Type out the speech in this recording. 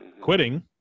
quitting